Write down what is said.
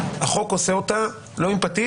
החוק עושה אותו לא עם פטיש,